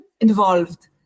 involved